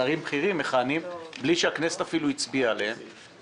שרים בכירים מכהנים בלי שהכנסת הצביעה על אישור כהונתם.